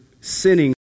sinning